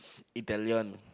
Italian